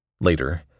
Later